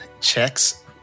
checks